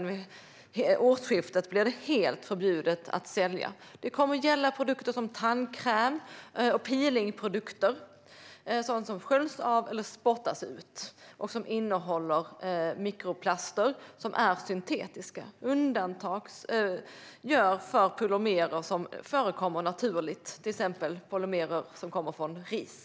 Vid årsskiftet blir det helt förbjudet att sälja kosmetika som innehåller mikroplaster. Det kommer att gälla tandkräm, peelingprodukter och sådant som sköljs av eller spottas ut och som innehåller mikroplaster som är syntetiska. Undantag görs för polymerer som förekommer naturligt, till exempel i ris.